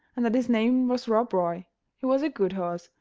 and that his name was rob roy he was a good horse,